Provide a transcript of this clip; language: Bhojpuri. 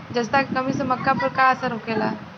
जस्ता के कमी से मक्का पर का असर होखेला?